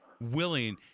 willing